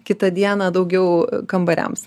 kitą dieną daugiau kambariams